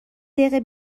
دقیقه